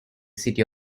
city